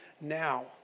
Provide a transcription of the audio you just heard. now